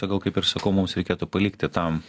na gal kaip ir sakau mums reikėtų palikti tą